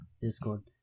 Discord